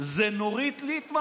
זו נורית ליטמן.